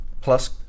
Plus